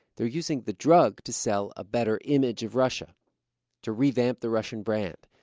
they're using the drug to sell a better image of russia to revamp the russian brand,